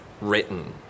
written